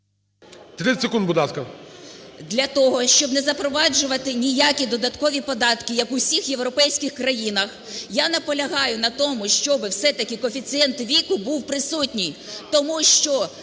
30 секунд, будь ласка.